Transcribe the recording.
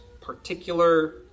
particular